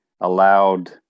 allowed